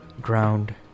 ground